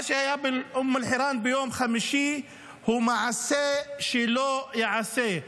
מה שהיה באום אל-חיראן ביום חמישי הוא מעשה שלא ייעשה.